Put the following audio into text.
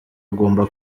agomba